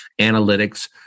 analytics